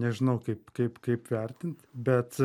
nežinau kaip kaip kaip vertint bet